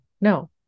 no